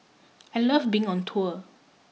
I love being on tour